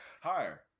Higher